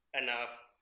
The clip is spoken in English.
enough